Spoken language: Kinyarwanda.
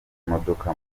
imodoka